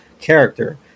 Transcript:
character